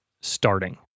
starting